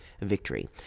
victory